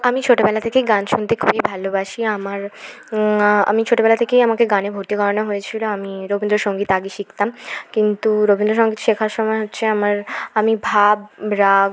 আমি ছোটোবেলা থেকেই গান শুনতে খুবই ভালোবাসি আমার আমি ছোটোবেলা থেকেই আমাকে গানে ভর্তি করানো হয়েছিলো আমি রবীন্দ্রসংগীত আগে শিখতাম কিন্তু রবীন্দ্রসংগীত শেখার সময় হচ্ছে আমার আমি ভাব রাগ